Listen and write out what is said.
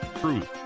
truth